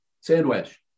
Sandwich